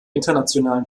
internationalen